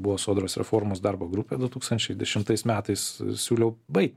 buvo sodros reformos darbo grupė du tūkstančiai dešimtais metais siūliau baigt